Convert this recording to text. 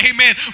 Amen